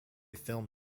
film